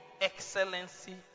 excellency